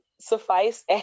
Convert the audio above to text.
suffice